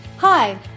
Hi